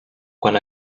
quan